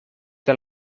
the